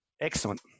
Excellent